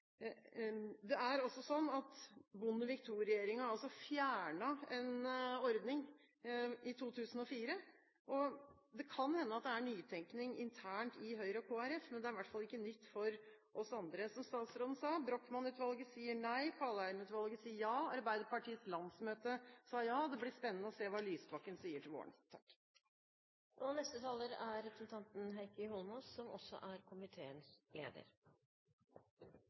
Det er også sånn at Bondevik II-regjeringen fjernet en ordning i 2004. Det kan hende at det er nytenkning internt i Høyre og Kristelig Folkeparti, men det er i hvert fall ikke nytt for oss andre. Som statsråden sa: Brochmann-utvalget sier nei, Kaldheim-utvalget sier ja, Arbeiderpartiets landsmøte sa ja. Det blir spennende å se hva Lysbakken sier til våren. Jeg kan bare slutte meg til det Lise Christoffersen sier. Vi har jo ment dette hele tiden og er